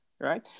right